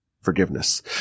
forgiveness